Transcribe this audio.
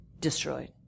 destroyed